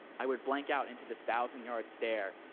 i would blank out into this thousand-yard stare,